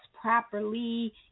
properly